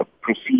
proceed